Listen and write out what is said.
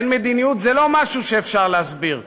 אין מדיניות זה לא משהו שאפשר להסביר,